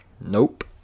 Nope